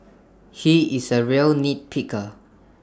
he is A real nitpicker